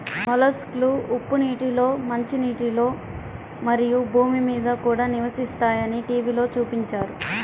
మొలస్క్లు ఉప్పు నీటిలో, మంచినీటిలో, మరియు భూమి మీద కూడా నివసిస్తాయని టీవిలో చూపించారు